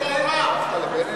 לא לכאורה,